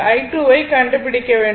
i2 வை கண்டுபிடிக்க வேண்டும்